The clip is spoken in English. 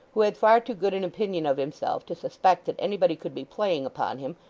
who had far too good an opinion of himself to suspect that anybody could be playing upon him,